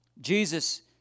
Jesus